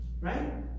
Right